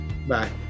Bye